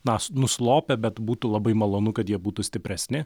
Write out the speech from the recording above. na nuslopę bet būtų labai malonu kad jie būtų stipresni